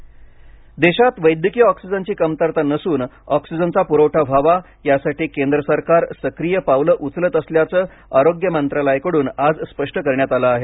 oxygen देशात वैद्यकीय ऑक्सिजनची कमतरता नसून ऑक्सिजनचा पुरवठा व्हावा यासाठी केंद्र सरकार सक्रिय पावलं उचलत असल्याचं आरोग्य मंत्रालयाकडून आज स्पष्ट करण्यात आलं आहे